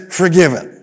forgiven